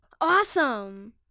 Awesome